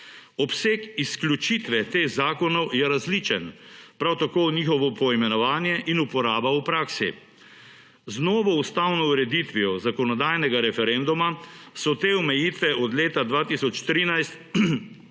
Obseg izključitve teh zakonov je različen, prav tako njihovo poimenovanje in uporaba v praksi. Z novo ustavno ureditvijo zakonodajnega referenduma so te omejitve od leta 2013